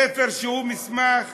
ספר שהוא מסמך